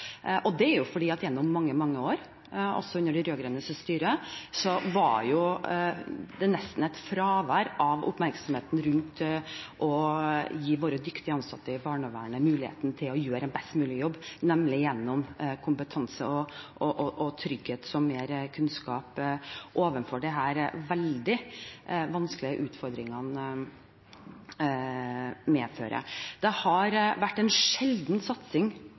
Det er fordi at gjennom mange, mange år – også under de rød-grønnes styre – var det nesten et fravær av oppmerksomhet rundt å gi våre dyktige ansatte i barnevernet muligheten til å gjøre en best mulig jobb, nemlig gjennom kompetanse, trygghet og mer kunnskap om det disse veldig vanskelige utfordringene medfører. Det har vært en sjelden satsing